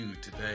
today